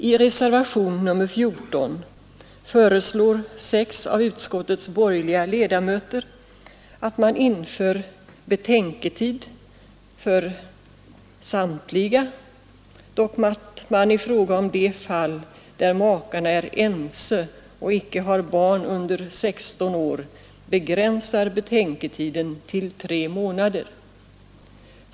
I reservationen 14 föreslår sex av utskottets borgerliga ledamöter att man skall införa betänketid för samtliga, dock att man i fråga om de fall, där makarna är ense om att skiljas och icke har barn under 16 år, begränsar betänketiden till tre månader.